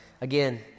again